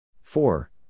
Four